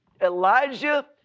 Elijah